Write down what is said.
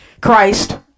Christ